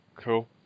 cool